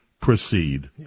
proceed